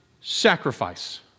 sacrifice